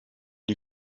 die